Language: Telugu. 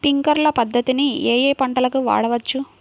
స్ప్రింక్లర్ పద్ధతిని ఏ ఏ పంటలకు వాడవచ్చు?